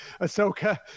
Ahsoka